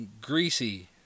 greasy